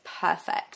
perfect